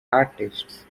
artists